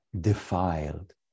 defiled